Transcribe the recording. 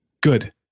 Good